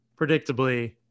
predictably